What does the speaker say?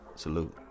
salute